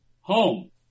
home